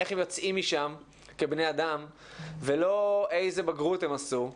איך הם יוצאים משם כבני אדם ולא איזה בגרות הם עשו,